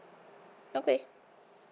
okay